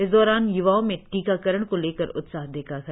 इस दौरान युवाओं में टीकाकरण को लेकर उत्साह देखा गया